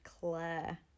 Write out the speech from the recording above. Claire